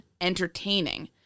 entertaining